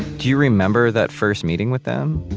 do remember that first meeting with them?